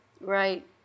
Right